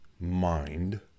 mind